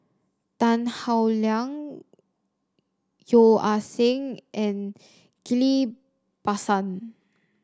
Tan Howe Liang Yeo Ah Seng and Ghillie Basan